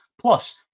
Plus